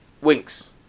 Winks